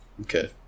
Okay